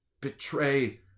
betray